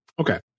Okay